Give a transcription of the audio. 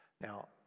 Now